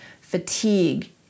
fatigue